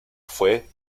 fue